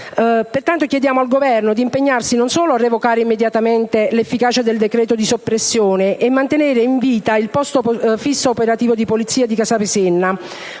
Pertanto, chiediamo di impegnare il Governo non solo a revocare immediatamente l'efficacia del decreto di soppressione e a mantenere in vita il posto fisso operativo di Casapesenna,